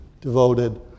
devoted